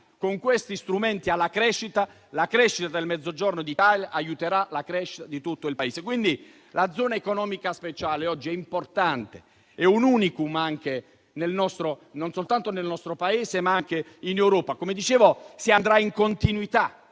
con questi strumenti alla crescita, la crescita del Mezzogiorno d'Italia aiuterà la crescita di tutto il Paese. Quindi la zona economica speciale oggi è importante, è un *unicum* non soltanto nel nostro Paese, ma anche in Europa. Come dicevo, si andrà in continuità: